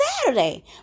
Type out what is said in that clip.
Saturday